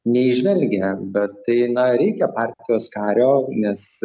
neįžvelgia bet tai na reikia partijos kario nes